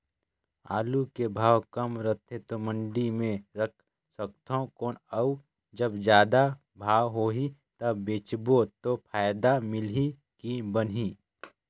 आलू के भाव कम रथे तो मंडी मे रख सकथव कौन अउ जब जादा भाव होही तब बेचबो तो फायदा मिलही की बनही?